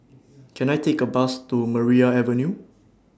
Can I Take A Bus to Maria Avenue